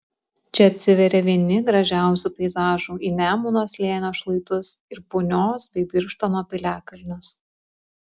čia atsiveria vieni gražiausių peizažų į nemuno slėnio šlaitus ir punios bei birštono piliakalnius